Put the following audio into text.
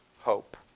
hope